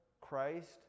Christ